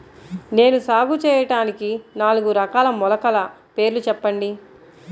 నేను సాగు చేయటానికి నాలుగు రకాల మొలకల పేర్లు చెప్పండి?